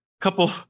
couple